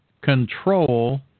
control